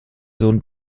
sohn